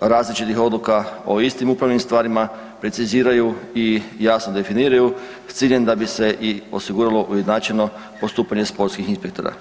različitih odluka o istim upravnim stvarima preciziraju i jasno definiraju s ciljem da bi se i osiguralo ujednačeno postupanje sportskih inspektora.